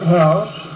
house